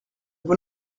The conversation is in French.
vous